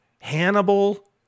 Hannibal